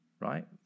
Right